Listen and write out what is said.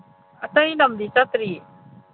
ꯑꯇꯩ ꯂꯝꯗꯤ ꯆꯠꯇ꯭ꯔꯤꯌꯦ